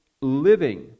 living